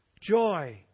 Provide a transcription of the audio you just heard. joy